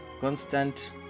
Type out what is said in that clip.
constant